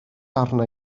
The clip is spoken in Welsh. arna